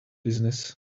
business